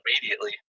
immediately